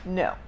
no